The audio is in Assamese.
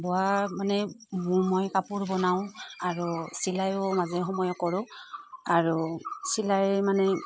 বোৱা মানে মোৰ মই কাপোৰ বনাওঁ আৰু চিলায়ো মাজে সময়ে কৰোঁ আৰু চিলাই মানে